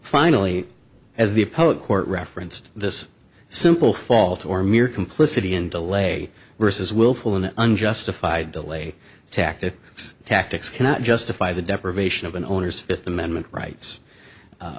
finally as the post court referenced this simple fault or mere complicity in delay versus willful an unjustified delay tactics tactics cannot justify the deprivation of an owner's fifth amendment rights